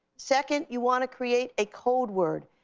second, you wanna create a code word,